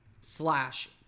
slash